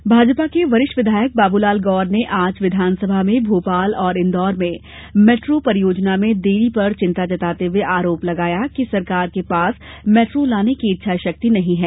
गौर भाजपा के वरिष्ठ विधायक बाबूलाल गौर ने आज विधानसभा में भोपाल और इंदौर में मेट्रो परियोजना में देरी पर चिंता जताते हुए आरोप लगाया कि सरकार के पास मेट्रो लाने की इच्छाशक्ति नहीं है